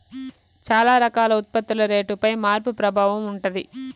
చాలా రకాల ఉత్పత్తుల రేటుపై మార్పు ప్రభావం ఉంటది